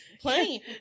plenty